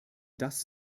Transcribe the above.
das